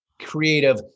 creative